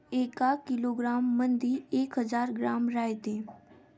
एका किलोग्रॅम मंधी एक हजार ग्रॅम रायते